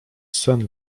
sen